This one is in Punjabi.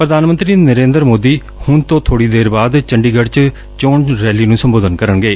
ਪ੍ਰਧਾਨ ਮੰਤਰੀ ਨਰੇਂਦਰ ਮੋਦੀ ਹੁਣ ਤੋਂ ਬੋੜੀ ਦੇਰ ਬਾਅਦ ਚੰਡੀਗੜ ਚ ਚੋਣ ਰੈਲੀ ਨੂੰ ਸੰਬੋਧਨ ਕਰਨਗੇ